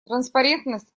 транспарентность